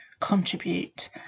contribute